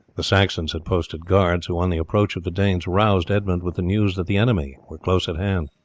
the saxons had posted guards, who on the approach of the danes roused edmund with the news that the enemy were close at hand.